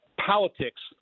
politics